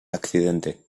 accidente